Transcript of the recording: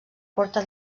porta